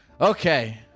Okay